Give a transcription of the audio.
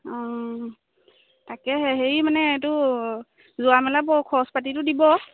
তাকেহে হেৰি মানে এইটো যোৱা মেলা বৰ খৰচ পাতিটো দিব